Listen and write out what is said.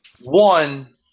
One